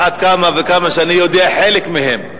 על אחת כמה וכמה שאני יודע חלק מהם.